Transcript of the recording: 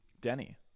Denny